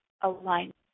alignment